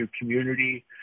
community